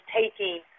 taking